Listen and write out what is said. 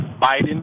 Biden